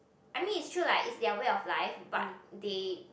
I mean is true like it's their way of life but they